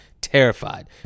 terrified